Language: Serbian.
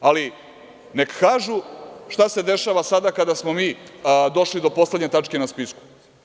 Ali, neka kažu šta se dešava sada kada smo mi došli do poslednje tačke na spisku.